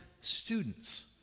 students